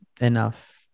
enough